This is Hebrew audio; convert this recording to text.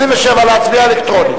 27 להצביע אלקטרונית.